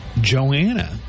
Joanna